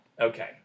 Okay